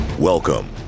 Welcome